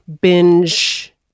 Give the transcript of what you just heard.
binge